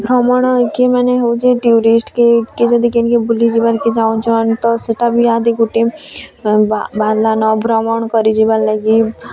ଭ୍ରମଣ ଏଠି ମାନେ ହେଉଛି ଟୁରିଷ୍ଟକି କିଏ ଯଦି କେନି କେ ବୁଲି ଯିବାର୍ କେ ଚାଁହୁଛନ୍ ତ ସେଟା ବି ଇହା ଦି ଗୁଟେ ବାହାରିଲା ନ ଭ୍ରମଣ କରି ଯିବାର୍ ଲାଗି